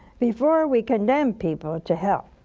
before we condemn people to hell,